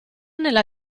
nella